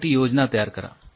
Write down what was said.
त्यासाठी योजना तयार करा